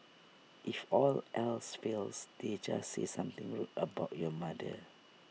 if all else fails they'd just say something rude about your mother